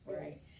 right